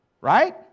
Right